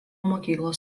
mokyklos